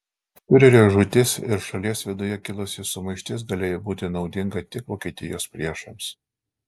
fiurerio žūtis ir šalies viduje kilusi sumaištis galėjo būti naudinga tik vokietijos priešams